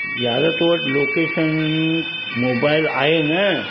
यार तो वटि लोकेशन मोबाइल आहे न